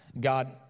God